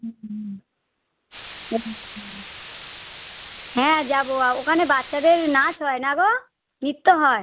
হুম হুম হুম হ্যাঁ যাবো ওখানে বাচ্চাদের নাচ হয় না গো নৃত্য হয়